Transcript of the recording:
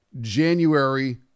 January